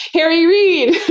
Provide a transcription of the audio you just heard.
harry reid!